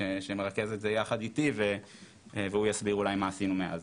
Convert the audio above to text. שמרכז את זה יחד איתי והוא יסביר אולי מה עשינו מאז.